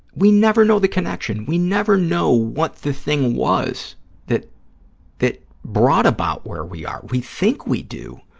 we never know the connection. we never know what the thing was that that brought about where we are. we think we do,